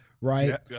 right